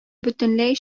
бөтенләй